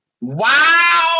Wow